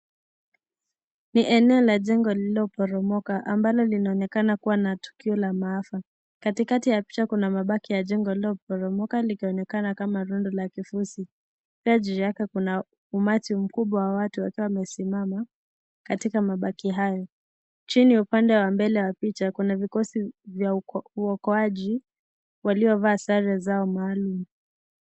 Ni eneo la jengo lililoporomoka ambalo linaonekana kua na tukio la maafa, katikati ya picha kuna mabaki ya jengo lililoporomoka likionekana kama rundu la kifusi, pia juu yake kuna umati mkubwa watu wakiwa wamesimama katika mabaki hayo, chini ya upande wa mbele wa picha kuna vikosi vya uokoaji walio vaa sare zao maalum.